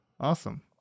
Awesome